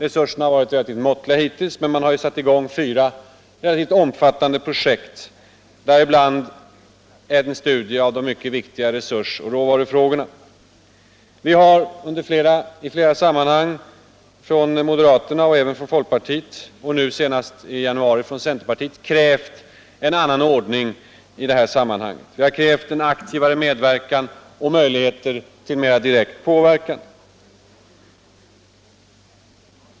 Resurserna har varit relativt måttliga hittills, men man har satt i gång fyra omfattande projekt, däribland en studie av de mycket viktiga resursoch råvarufrågorna. Vi har i flera sammanhang från moderaterna och även från folkpartiet och nu senast i januari från centerpartiet krävt en annan ordning i detta Nr 96 sammanhang -— vi har krävt en aktivare medverkan och möjligheter till Torsdagen den mera direkt påverkan.